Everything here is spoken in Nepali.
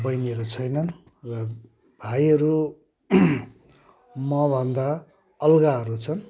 बहिनीहरू छैनन् भाइहरू मभन्दा अग्लाहरू छन्